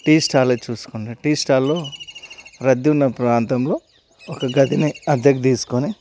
tea స్టాలే చూసుకుంటే tea స్టాల్లో రద్దీ ఉన్న ప్రాంతంలో ఒక గదిని అద్దెకు తీసుకొని